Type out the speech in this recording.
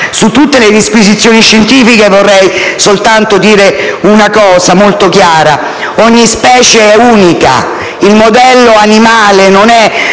Su tutte le disquisizioni scientifiche vorrei dire soltanto una cosa, molto chiara: ogni specie è unica, il modello animale non è